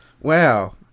wow